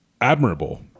admirable